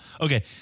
Okay